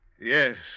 Yes